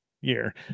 year